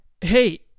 Hey